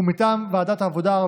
ומטעם ועדת העבודה,